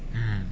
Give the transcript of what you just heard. mm